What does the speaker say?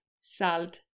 salt